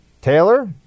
Taylor